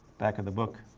back of the book.